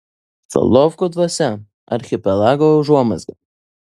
solovkų dvasia archipelago užuomazga